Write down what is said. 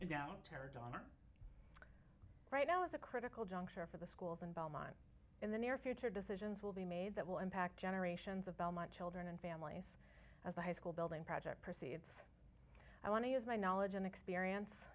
daughter right now is a critical juncture for the schools and belmont in the near future decisions will be made that will impact generations of belmont children and families as the high school building project proceeds i want to use my knowledge and experience